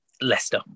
Leicester